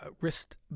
wrist